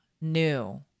new